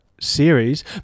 series